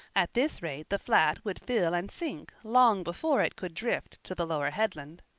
at this rate the flat would fill and sink long before it could drift to the lower headland.